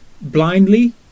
blindly